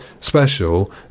special